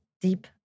deep